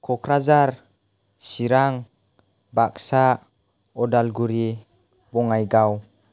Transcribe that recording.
Kokrajhar Chirang Baksa Udalguri Bongaigaon